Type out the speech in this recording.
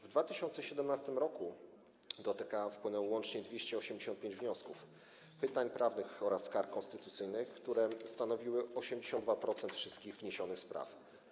W 2017 r. do TK wpłynęło łącznie 285 wniosków, pytań prawnych oraz skarg konstytucyjnych, które stanowiły 82% wszystkich wniesionych spraw.